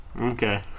Okay